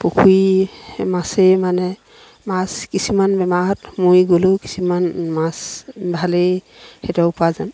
পুখুৰী মাছেই মানে মাছ কিছুমান বেমাৰত মৰি গ'লেও কিছুমান মাছ ভালেই সিহঁতৰ উপাৰ্জন